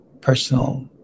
personal